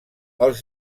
els